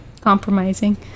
compromising